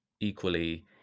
Equally